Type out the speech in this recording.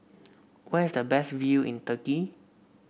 where is the best view in Turkey